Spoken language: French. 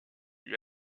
lui